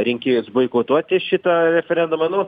rinkėjus boikotuoti šitą referendumą nu